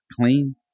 clean